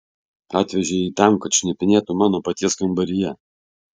atvežei jį tam kad šnipinėtų mano paties kambaryje